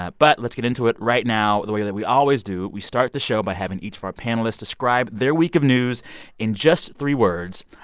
but let's get into it right now the way that we always do. we start the show by having each of our panelists describe their week of news in just three words.